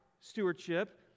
stewardship